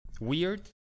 weird